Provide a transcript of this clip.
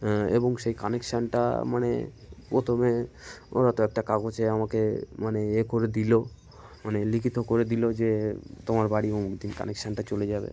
এবং সেই কানেকশানটা মানে প্রথমে ওরা তো একটা কাগজে আমাকে মানে ই করে দিলো মানে লিখিত করে দিলো যে তোমার বাড়ি অমুক দিন কানেকশানটা চলে যাবে